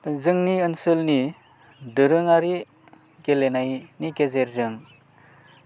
जोंनि ओनसोलनि दोरोङारि गेलेनायनि गेजेरजों